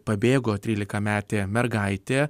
pabėgo trylikametė mergaitė